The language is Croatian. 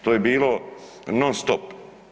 To je bilo non-stop.